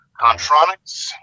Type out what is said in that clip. Contronics